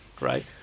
right